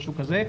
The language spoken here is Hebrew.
משהו כזה,